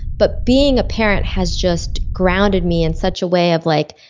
but being a parent has just grounded me in such a way of like